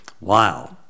Wow